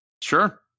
Sure